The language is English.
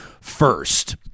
first